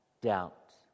doubt